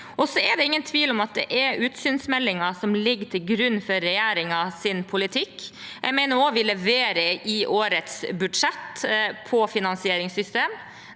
Det er ingen tvil om at det er utsynsmeldingen som ligger til grunn for regjeringens politikk. Jeg mener også at vi leverer i årets budsjett på finansieringssystem,